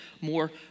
more